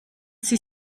sie